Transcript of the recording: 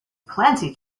plenty